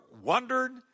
wondered